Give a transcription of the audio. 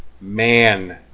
Man